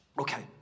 Okay